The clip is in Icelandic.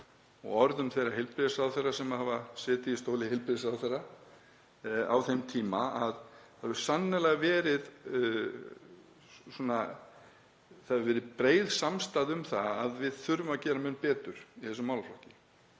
og orðum þeirra ráðherra sem hafa setið í stóli heilbrigðisráðherra á þeim tíma að það hefur sannarlega verið breið samstaða um að við þurfum að gera mun betur í þessum málaflokki.